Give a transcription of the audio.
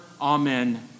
Amen